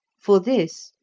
for this,